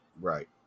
Right